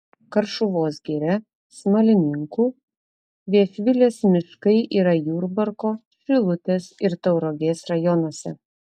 karšuvos giria smalininkų viešvilės miškai yra jurbarko šilutės ir tauragės rajonuose